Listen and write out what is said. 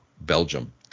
Belgium